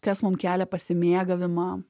kas mum kelia pasimėgavimą